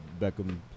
Beckham